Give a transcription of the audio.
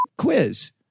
quiz